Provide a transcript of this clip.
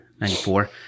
94